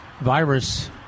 virus